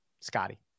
Scotty